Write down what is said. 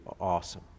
awesome